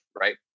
Right